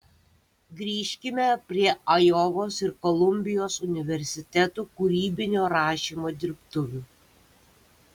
grįžkime prie ajovos ir kolumbijos universitetų kūrybinio rašymo dirbtuvių